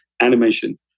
animation